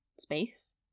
space